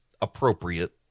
appropriate